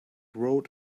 wrote